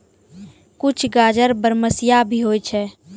कुछ गाजर बरमसिया भी होय छै